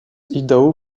idaho